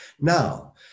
Now